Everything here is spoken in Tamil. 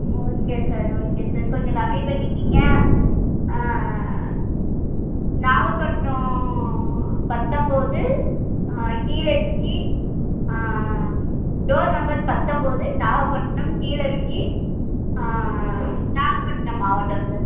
ஓகே சார் ஓகே சார் கொஞ்சம் கம்மி பண்ணிக்கோங்க ஆ ஆ ஆ நாகப்பட்னம் பத்தொம்பது கீழே வீதி டோர் நம்பர் பத்தொம்பது நாகப்பட்னம் கீழே வீதி நாகப்பட்னம் மாவட்டம் சார்